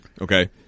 Okay